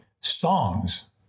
songs